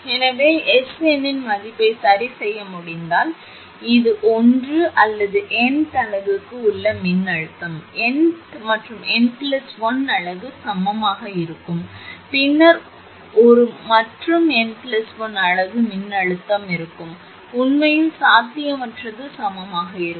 எனவே Sn இன் மதிப்பை சரிசெய்ய முடிந்தால் இது ஒன்று அல்லது n th அலகுக்கு உள்ள மின்னழுத்தம் n th மற்றும் n 1 அலகு சமமாக இருக்கும் பின்னர் ஒரு மற்றும் n 1 அலகு மின்னழுத்தமாக இருக்கும் உண்மையில் சாத்தியமற்றது சமமாக இருக்கும்